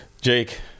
Jake